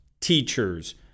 teachers